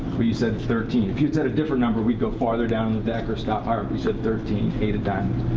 you said thirteen. if you had said a different number, we'd go farther down in the deck or stop higher. you said thirteen, eight of diamonds.